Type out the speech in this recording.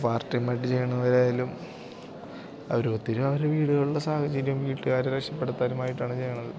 പാർടൈമായിട്ട് ചെയ്യുന്നവരായാലും ഓരോരുത്തരും അവരുടെ വീടുകളുടെ സാഹചര്യം വീട്ടുകാരെ രക്ഷപ്പെടുത്താനുമായിട്ടാണ് ചെയ്യുന്നത്